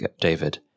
David